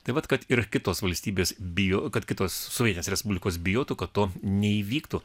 tai vat kad ir kitos valstybės bijo kad kitos sovietinės respublikos bijotų kad to neįvyktų